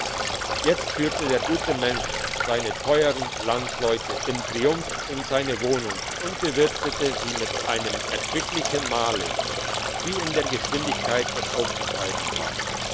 jetzt führte der gute mensch seine teuern landsleute im triumph in seine wohnung und bewirtete sie mit einem erquicklichen mahl wie in der geschwindigkeit es aufzutreiben war